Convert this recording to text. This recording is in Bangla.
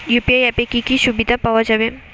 ইউ.পি.আই অ্যাপে কি কি সুবিধা পাওয়া যাবে?